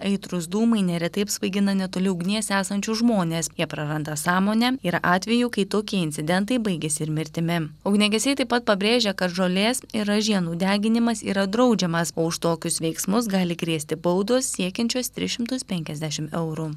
aitrūs dūmai neretai apsvaigina netoli ugnies esančius žmones jie praranda sąmonę yra atvejų kai tokie incidentai baigiasi mirtimi ugniagesiai taip pat pabrėžia kad žolės ir ražienų deginimas yra draudžiamas o už tokius veiksmus gali grėsti baudos siekiančios tris šimtus penkiasdešim eurų